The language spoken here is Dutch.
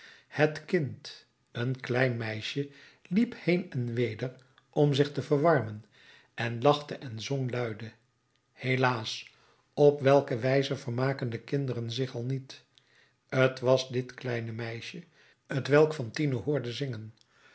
het kind een klein meisje liep heen en weder om zich te verwarmen en lachte en zong luide helaas op welke wijze vermaken de kinderen zich al niet t was dit kleine meisje t welk fantine hoorde zingen